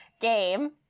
game